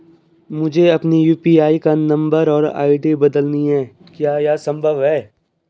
मुझे अपने यु.पी.आई का नम्बर और आई.डी बदलनी है क्या यह संभव है?